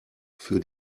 für